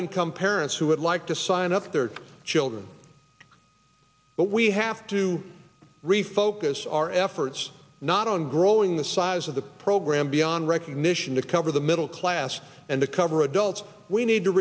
income parents who would like to sign up their children but we have to refocus our efforts not on growing the size of the program beyond recognition to cover the middle class and to cover adults we need to